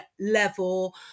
level